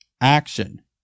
action